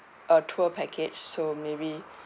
a tour package so maybe